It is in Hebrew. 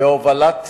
בהובלת